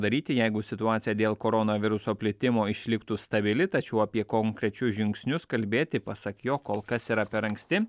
daryti jeigu situacija dėl koronaviruso plitimo išliktų stabili tačiau apie konkrečius žingsnius kalbėti pasak jo kol kas yra per anksti